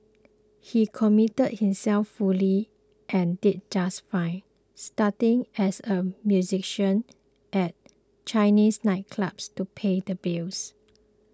he committed himself fully and did just fine starting as a musician at Chinese nightclubs to pay the bills